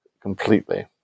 completely